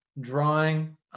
Drawing